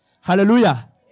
Hallelujah